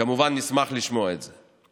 כמובן נשמח לשמוע את זה.